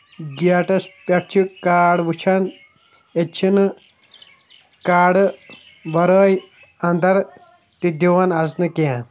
gates پٮ۪ٹھ چھِ کاڈ وُچھان اَتہِ چھِ نہٕ کاڈٕ ورٲے اَندر تہِ دِوان اَژٕنہٕ کیٚنٛہہ